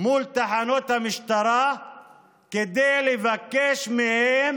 מול תחנות המשטרה כדי לבקש מהם,